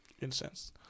Incense